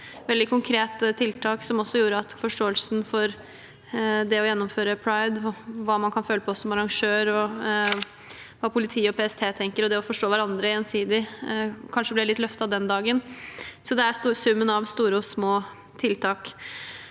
er et veldig konkret tiltak, som gjorde at forståelsen for det å gjennomføre pride, hva man kan føle på som arrangør, hva politiet og PST tenker, og det å forstå hverandre gjensidig, kanskje ble litt løftet den dagen. Så det er summen av store og små tiltak.